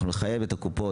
נחייב את הקופות,